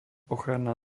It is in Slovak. ochranná